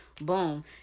boom